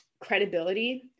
credibility